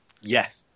Yes